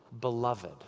Beloved